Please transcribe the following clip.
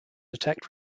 attacked